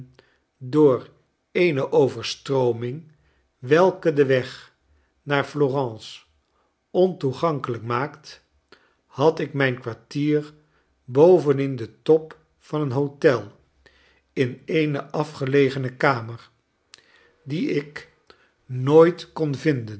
door eene overstrooming welke den weg naar florence ontoegankelijk maakt had ik mijn kwartier boven in den top van een hotel in eene afgelegene kamer die ik nooit kon vinden